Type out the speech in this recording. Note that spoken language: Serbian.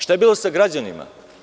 Šta je bilo sa građanima?